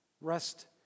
rest